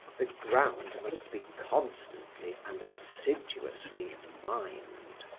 the ground must be constantly and assiduously mined.